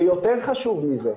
ויותר חשוב מזה,